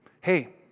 Hey